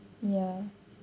ya